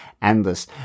endless